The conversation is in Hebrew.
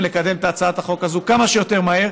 לקדם את הצעת החוק הזאת כמה שיותר מהר,